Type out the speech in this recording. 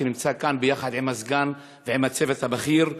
שנמצא כאן יחד עם הסגן והצוות הבכיר.